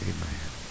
Amen